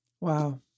Wow